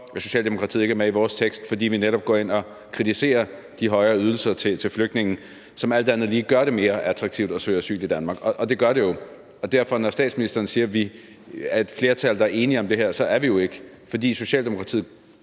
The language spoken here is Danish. Socialdemokratiet ikke er med i vores forslag til vedtagelse. Det er, fordi vi netop går ind og kritiserer de højere ydelser til flygtninge, som alt andet lige gør det mere attraktivt at søge asyl i Danmark. Det gør det jo. Så når statsministeren siger, at vi er et flertal, der er enige i det her, er vi det jo ikke, fordi Socialdemokratiet